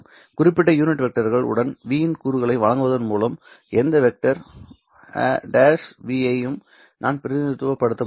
குறிப்பிட்ட unit vector உடன் v இன் கூறுகளை வழங்குவதன் மூலம் எந்த வெக்டர் 'v ஐயும் நான் பிரதிநிதித்துவப்படுத்த முடியும்